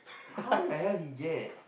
how the hell he get